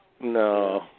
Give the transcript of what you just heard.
No